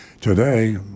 Today